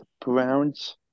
Browns